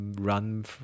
run